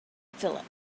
phillip